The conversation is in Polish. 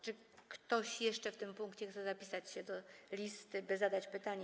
Czy ktoś jeszcze w tym punkcie chce dopisać się do listy, by zadać pytanie?